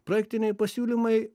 projektiniai pasiūlymai